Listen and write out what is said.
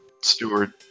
steward